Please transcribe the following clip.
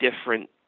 different